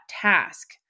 task